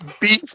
beef